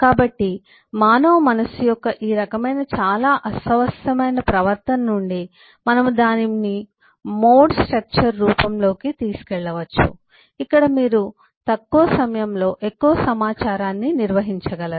కాబట్టి మానవ మేధస్సు యొక్క ఈ రకమైన చాలా అస్తవ్యస్తమైన ప్రవర్తన నుండి మనము దానిని మోడ్ స్ట్రక్చర్ రూపంలోకి తీసుకెళ్లవచ్చు ఇక్కడ మీరు తక్కువ ఈ సమయంలో ఎక్కువ సమాచారాన్ని నిర్వహించగలరు